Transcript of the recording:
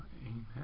Amen